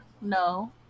no